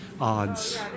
odds